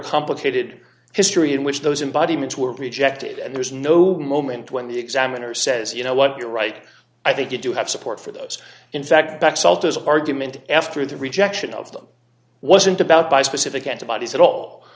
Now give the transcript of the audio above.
complicated history in which those embodiments were rejected and there's no moment when the examiner says you know what you're right i think you do have support for those in fact back salters argument after the rejection of them wasn't about by specific antibodies at all